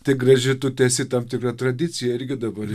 tai graži tu tęsi tam tikrą tradiciją irgi dabar